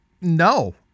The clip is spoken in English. no